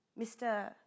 Mr